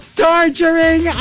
torturing